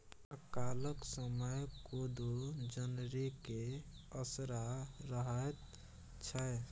अकालक समय कोदो जनरेके असरा रहैत छै